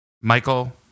Michael